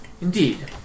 Indeed